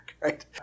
right